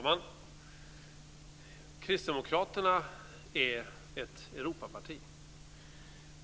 Fru talman! Kristdemokraterna är ett Europaparti.